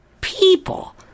people